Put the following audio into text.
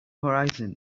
horizon